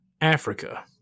Africa